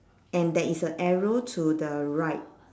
and there is a arrow to the right